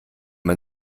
man